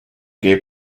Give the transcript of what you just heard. gave